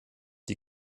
die